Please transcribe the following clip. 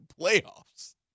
playoffs